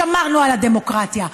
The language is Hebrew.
שמרנו על הדמוקרטיה,